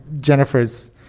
jennifer's